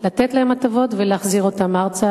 לתת להם הטבות ולהחזיר אותם ארצה